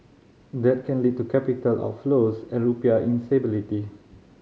that can lead to capital outflows and rupiah instability